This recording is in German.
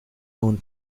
hohen